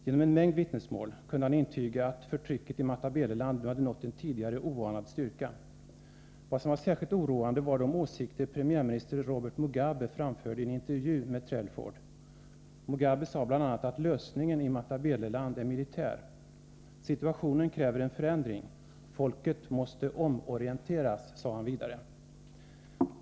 Genom en mängd vittnesmål kunde han intyga att förtrycket i Matabeleland nu hade nått en tidigare oanad styrka. Vad som var särskilt oroande var de åsikter som premiärminister Robert Mugabe framförde i en intervju med Trelford. Mugabe sade bl.a. att lösningen i Matabeleland är militär. Situationen kräver en förändring; folket måste omorienteras, sade han vidare.